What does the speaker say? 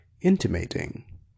intimating